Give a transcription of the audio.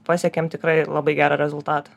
pasiekėm tikrai labai gerą rezultatą